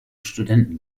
studenten